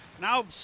Now